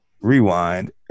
Rewind